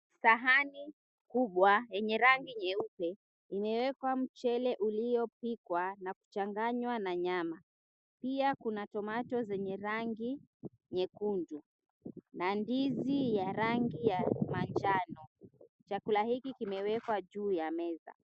Sahani kubwa yenye rangi nyeupe imewekwa mchele uliopikwa na kuchanganywa na nyama. Pia kuna tomato zenye rangi nyekundu na ndizi ya rangi ya manjano. Chakula hiki kimewekwa juu ya meza.